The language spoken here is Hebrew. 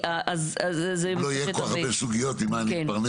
אם לא יהיו כל כך הרבה סוגיות, ממה נתפרנס?